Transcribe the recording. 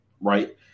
right